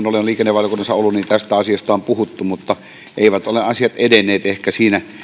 olen liikennevaliokunnassa ollut tästä asiasta on puhuttu mutta eivät ole asiat edenneet ehkä siinä